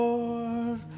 Lord